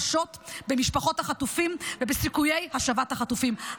קשות במשפחות החטופים ובסיכויי השבת החטופים.